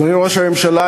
אדוני ראש הממשלה,